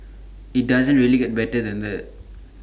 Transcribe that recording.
IT doesn't really get better than that